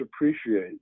appreciate